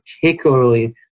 particularly